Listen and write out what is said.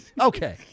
Okay